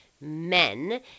men